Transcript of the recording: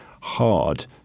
hard